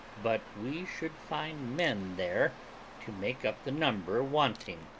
but we should find men there to make up the number wanting,